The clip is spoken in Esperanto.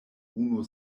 unu